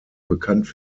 bekannt